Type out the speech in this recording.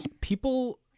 People